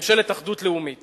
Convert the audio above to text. ממשלת אחדות לאומית